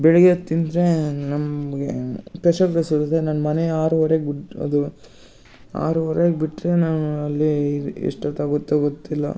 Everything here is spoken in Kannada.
ಬೆಳಿಗ್ಗೆ ತಿಂದರೆ ನಮಗೆ ಪೆಷಲ್ ಕ್ಲಾಸ್ ಇರುತ್ತೆ ನನ್ನ ಮನೆ ಆರುವರೆಗೆ ಬಿಡೋದು ಆರುವರೆಗೆ ಬಿಟ್ಟರೆ ನಾನು ಅಲ್ಲಿ ಇರ್ ಎಷ್ಟೊತ್ತು ಆಗುತ್ತೋ ಗೊತ್ತಿಲ್ಲ